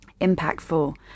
impactful